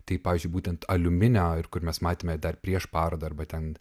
tai pavyzdžiui būtent aliuminio ir kur mes matėme dar prieš parodą arba ten